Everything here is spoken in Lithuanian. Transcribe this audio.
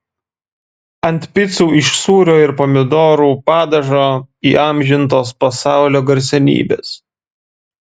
ant picų iš sūrio ir pomidorų padažo įamžintos pasaulio garsenybės